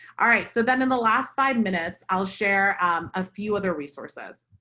alright. so then in the last five minutes i'll share a few other resources.